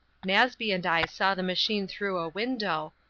nasby and i saw the machine through a window,